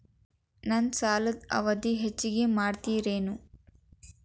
ನನ್ನ ಸಾಲದ ಅವಧಿ ಹೆಚ್ಚಿಗೆ ಮಾಡ್ತಿರೇನು?